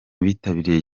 bitabiriye